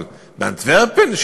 אבל באנטוורפן,